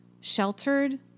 sheltered